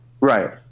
Right